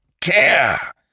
care